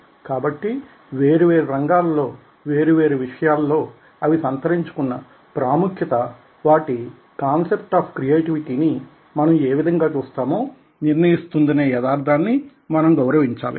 కాబట్టి వేరు వేరు రంగాలలో వేరు వేరు విషయాలలో అవి సంతరించుకున్న ప్రాముఖ్యత వాటి కాన్సెప్ట్ ఆఫ్ క్రియేటివిటీ ని మనం ఏవిధంగా చూస్తామో నిర్ణయిస్తుందనే యదార్దాన్ని మనం గౌరవించాలి